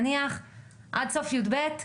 נניח מכיתה ד' עד סוף יב',